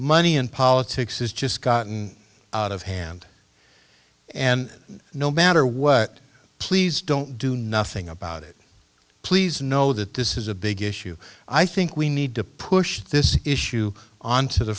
money and politics has just gotten out of hand and no matter what please don't do nothing about it please know that this is a big issue i think we need to push this issue onto the